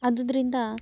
ಆದುದರಿಂದ